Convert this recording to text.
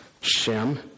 Shem